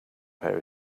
prepare